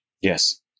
Yes